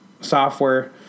software